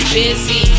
busy